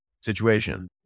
situation